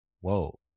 Whoa